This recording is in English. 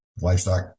livestock